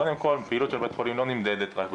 קודם כל פעילות של בית חולים לא נמדדת רק במיטות.